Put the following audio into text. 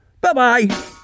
Bye-bye